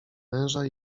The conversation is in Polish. męża